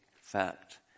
fact